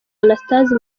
anastase